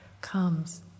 comes